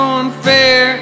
unfair